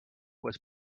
was